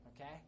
okay